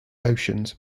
oceans